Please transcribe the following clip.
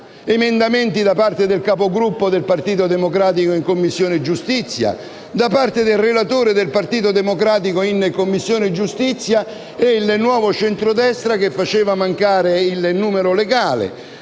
emendamenti da parte del Capogruppo del Partito Democratico in Commissione giustizia, da parte del relatore del Partito Democratico in Commissione giustizia e il Nuovo Centrodestra che faceva mancare il numero legale